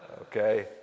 Okay